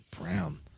Brown